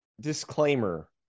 disclaimer